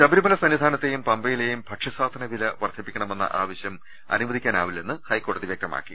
ശബരിമല സന്നിധാനത്തെയും പമ്പയിലെയും ഭക്ഷ്യസാധന വില വർദ്ധിപ്പിക്കണ മെന്ന ആവശ്യം അനു വദിക്കാ നാ വി ല്ലെന്ന് ഹൈക്കോടതി വ്യക്തമാക്കി